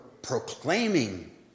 Proclaiming